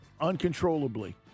uncontrollably